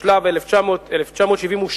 התשל"ב 1972,